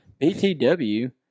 BTW